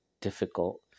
difficult